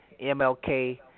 MLK